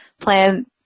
plan